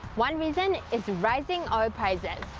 one reason is rising oil prices.